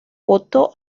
votó